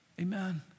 Amen